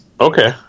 Okay